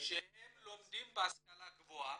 שהם לומדים בהשכלה הגבוהה,